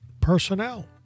personnel